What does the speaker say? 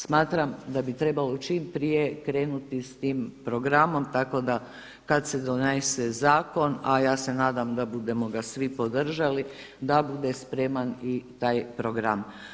Smatram da bi trebalo čim prije krenuti sa tim programom tako da kada se donese zakon a ja se nadam da budemo ga svi podržali da bude spreman i taj program.